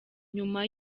nyuma